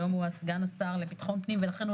שהיום הוא סגן השר לביטחון פנים ולכן הוא